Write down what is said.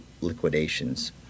liquidations